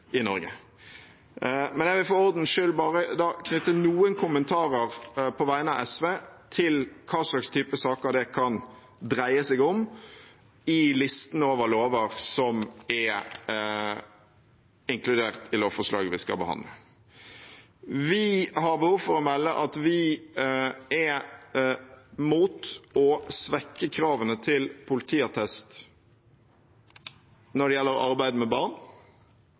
i Norge. Men jeg vil for ordens skyld på vegne av SV bare knytte noen kommentarer til hva slags type saker det kan dreie seg om i listen over lover som er inkludert i lovforslaget vi skal behandle. Vi har behov for å melde at vi er imot å svekke kravene til politiattest når det gjelder arbeid med barn.